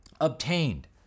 obtained